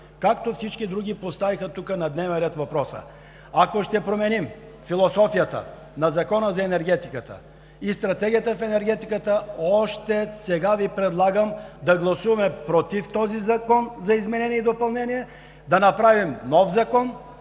Както всички други поставиха тук на дневен ред въпроса. Ако ще променим философията на Закона за енергетиката и стратегията в енергетиката, още сега Ви предлагам да гласуваме против този Закон за изменение и допълнение, да направим нов закон,